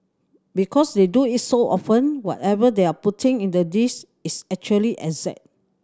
because they do it so often whatever they are putting in the dish is actually exact